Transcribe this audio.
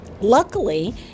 Luckily